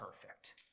perfect